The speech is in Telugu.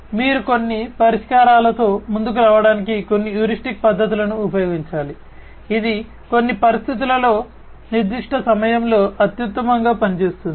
కాబట్టి మీరు కొన్ని పరిష్కారాలతో ముందుకు రావడానికి కొన్ని హ్యూరిస్టిక్ పద్ధతులను ఉపయోగించాలి ఇది కొన్ని పరిస్థితులలో నిర్దిష్ట సమయంలో అత్యుత్తమంగా పనిచేస్తుంది